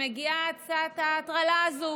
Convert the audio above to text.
מגיעה הצעת ההטרלה הזו,